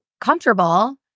comfortable